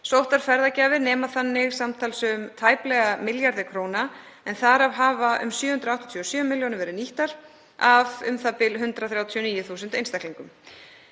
Sóttar ferðagjafir nema þannig samtals tæplega milljarði króna en þar af hafa um 787 milljónir verði nýttar af u.þ.b. 139.000 einstaklingum.